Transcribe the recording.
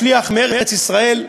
שליח מארץ-ישראל,